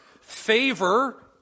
favor